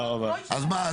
אז מה?